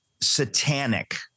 satanic